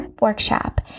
workshop